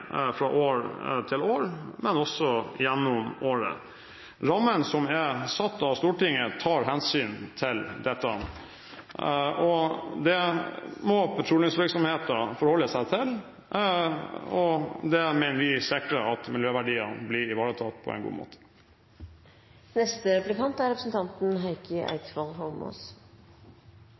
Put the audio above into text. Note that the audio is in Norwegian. fra år til år, men også gjennom året. Rammene som er satt av Stortinget, tar hensyn til dette. Det må petroleumsvirksomheten forholde seg til, og det mener vi sikrer at miljøet blir ivaretatt på en god måte. Jeg vil gjerne følge opp representanten